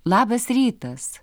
labas rytas